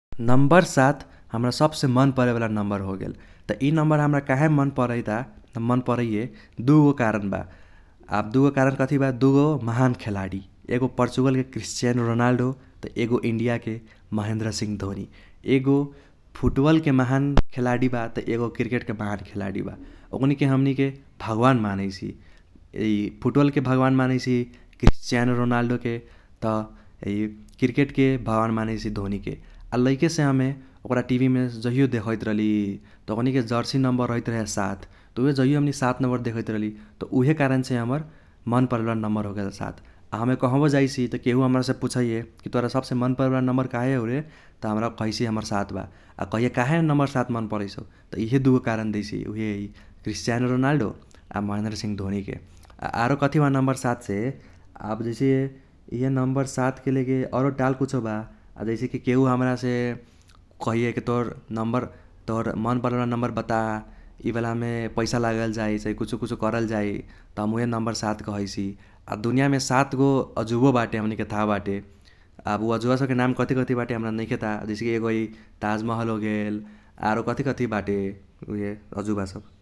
नंबर सात हमरा सबसे मन परेवाला नंबर होगेल त इ नंबर हमरा काहे मन परैता मन परैये दुगो कारण बा । आब दुगो कारण कथी बा दुगो माहान खेलाडी एगो पोरचुगलके क्रिस्टीयनों रोनाल्डो त एगो इंडियाके महेंद्र सिंह धोनी । एगो फूटबलके माहान खेलाडी बा त एगो क्रिकेटके माहान खेलाडी बा। ओकनीके हमनीके भगवान मानैसि है फूटबलके भगवान मानैसि क्रिस्टीयनों रोनाल्डोके त है क्रिकेटके भगवान मानैसि धोनीके। आ लैकेसे हमे ओकरा टिभीमे जाहियो देखैत रहली त ओकनीके जर्सी नंबर रहीत रहे सात त उइहे जहियो हमनी सात नंबर देखैत रहली त उइहे कारणसे हमर मन परेवाला नंबर होगेल सात। आ हमे कहबो जाइसी त केहु हमरासे पूछैये कि तोरा सबसे मन परेवाला नंबर काहे हौ रे? त हमरा कहैसि हमर सात बा। आ कहैये काहे नंबर सात मन परैसौ? त इहे दुगो कारण देइसि उहे क्रिस्टीयनों रोनाल्डो आ महेंद्र सिंह धोनीके । आ आरो कथी बा नंबर सातसे आब जैसे इहे नंबर सातके लेके औरो टाल कुछो बा आब जैसे कि केहु हमरासे कहैये कि तोहर नंबर तोहर मन परेवाला नंबर बता इबालामे पैसा लागल जाइसै कुछो कुछो करल जाइ त हम उइहे नंबर सात कहैसि। आ दुनियामे सात गो अजूबो बाटे हमनीके थाह बाटे आब उ अजूबा सबके नाम कथी कथी बा हमरा नैखे थाह जैसे कि एगो है ताज महल होगेल आरो कथी कथी बाटे उइहे अजूबा सब ।